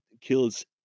kills